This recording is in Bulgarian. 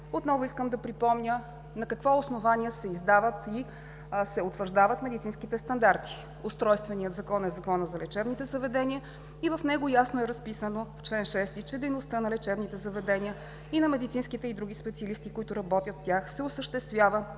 отново искам да припомня на какво основание се издават и се утвърждават медицинските стандарти. Устройственият закон е Законът за лечебните заведения, в чл. 6, ясно е разписано, че дейността на лечебните заведения и на медицинските и други специалисти, които работят в тях, се осъществява